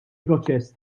proċess